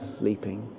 sleeping